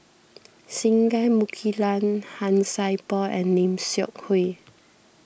Singai Mukilan Han Sai Por and Lim Seok Hui